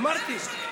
אמרתי.